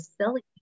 silly